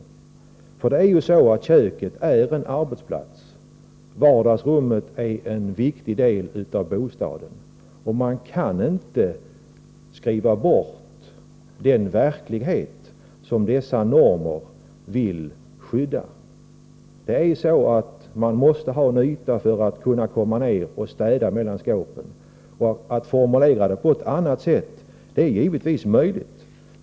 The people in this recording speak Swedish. Men köket är ju en arbetsplats, och vardagsrummet utgör en viktig del av bostaden. Man kan inte skriva bort den verklighet som dessa normer skall skydda. Det behövs en viss yta för att man skall kunna komma ner och städa mellan skåpen. Att formulera detta på ett annat sätt är givetvis möjligt.